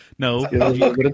No